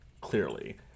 clearly